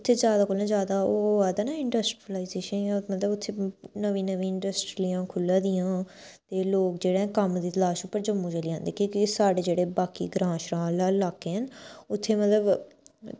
उत्थै ज्यादा कोला ज्यादा ओह् होआ दा ना इंडस्टरलाईजेशन इ'यां मतलब उत्थें नमी नमीं इंडस्टरियां खुल्लां दियां ते लोक जेह्ड़ा कम्म दी तलाश च उप्पर जम्मू चली जंदे केईं केईं साढ़े जेह्ड़े बाकी ग्रांऽ छां आह्ले इलाके न उत्थै मतलब